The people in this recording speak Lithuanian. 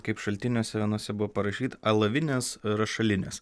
kaip šaltiniuose vienuose buvo parašyta alavinės rašalinės